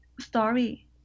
story